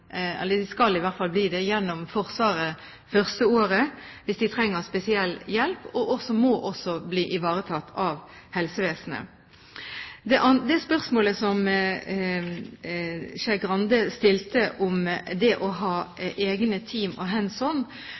det første året, hvis de trenger spesiell hjelp. Familiene må også bli ivaretatt av helsevesenet. Når det gjelder det spørsmålet som Skei Grande stilte om det å ha egne team og